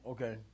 Okay